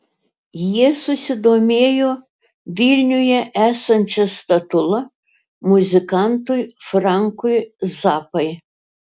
jie susidomėjo vilniuje esančia statula muzikantui frankui zappai